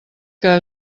que